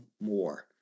more